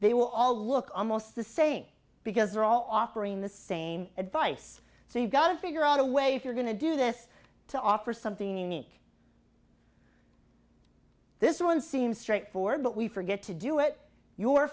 will all look almost the same because they're all offering the same advice so you've got to figure out a way if you're going to do this to offer something unique this one seems straightforward but we forget to do it your